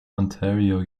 ontario